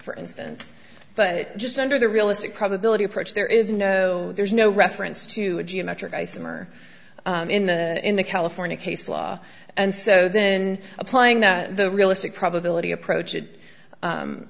for instance but just under the realistic probability approach there is no there's no reference to a geometric isomer in the in the california case law and so then applying the realistic probability approach it